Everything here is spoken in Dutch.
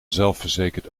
zelfverzekerd